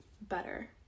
better